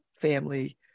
family